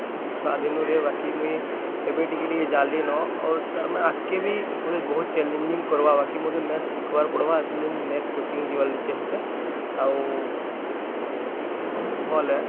ଯେ ଛୁଆ ଦିନୁରେ ବାକି ମୁଇଁ ଏବେ ଟିକେ ଟିକେ ଜାନ୍ଲି ନ ଆଉ ତାର୍ ମାନେ ଆଗ୍କେ ବି ମତେ ବହୁତ୍ ଚାଲେଜିଙ୍ଗ୍ କର୍ବା ବାକି ମତେ ମ୍ୟାଥ୍ ଶିଖ୍ବାର୍ ପଡ଼୍ବା ହେତିର୍ ଲାଗି ମୁଇଁ ମ୍ୟାଥ୍ କୋଚିଙ୍ଗ୍ ଯିବାର୍ ଲାଗି ଚାହୁଁଚେଁ ଆଉ ଭଲ୍ ଏ